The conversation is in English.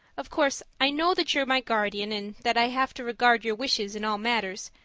of course i know that you're my guardian, and that i have to regard your wishes in all matters,